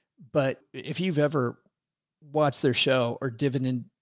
but if you've ever watched their show or dividend,